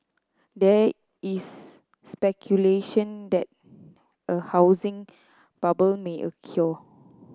there is speculation that a housing bubble may